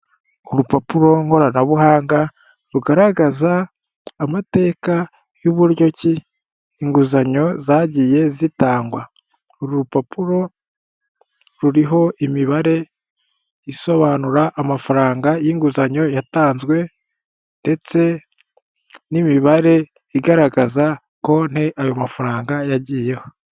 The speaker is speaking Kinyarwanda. Urupapuro nkoranabuhanga rugaragaza amateka y' uburyo ki inguzanyo zagiye zitangwa, ueru rupapuro ruriho imibare isobanura amafaranga y'inguzanyo yatanzwe ndetse n'imibare igaragaza konti ayo mafaranga yagiyeho.